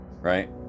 right